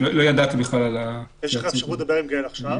לא ידעתי על --- יש לך אפשרות לדבר עם גאל עכשיו?